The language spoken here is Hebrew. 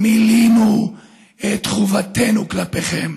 מילאנו את חובתנו כלפיכם.